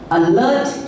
alert